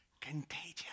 Contagious